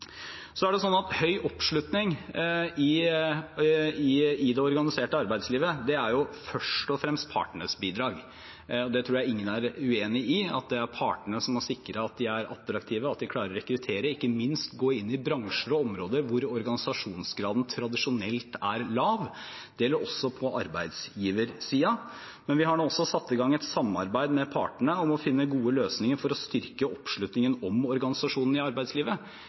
Høy oppslutning i det organiserte arbeidslivet er først og fremst partenes bidrag. Jeg tror ingen er uenig i at det er partene som må sikre at de er attraktive og klarer å rekruttere, og ikke minst gå inn i bransjer og områder hvor organisasjonsgraden tradisjonelt er lav. Det gjelder også på arbeidsgiversiden. Vi har nå også satt i gang et samarbeid med partene om å finne gode løsninger for å styrke oppslutningen om organisasjonene i arbeidslivet